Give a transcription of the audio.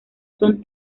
son